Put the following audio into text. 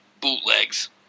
Bootlegs